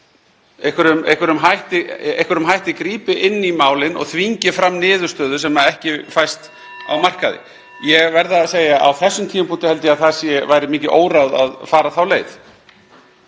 einhverjum hætti inn í málin, og þvingi fram niðurstöðu sem ekki fæst á markaði. Ég verð að segja að á þessum tímapunkti held ég að það væri mikið óráð að fara þá leið.